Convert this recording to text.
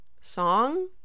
song